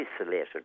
isolated